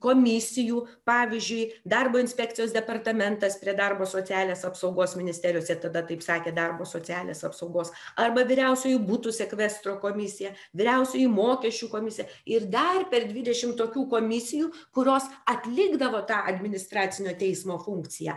komisijų pavyzdžiui darbo inspekcijos departamentas prie darbo socialinės apsaugos ministerijos ir tada taip sakė darbo socialinės apsaugos arba vyriausioji butų sekvestro komisija vyriausioji mokesčių komisija ir dar per dvidešim tokių komisijų kurios atlikdavo tą administracinio teismo funkciją